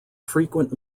frequent